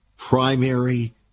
Primary